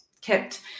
kept